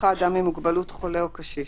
חבר הכנסת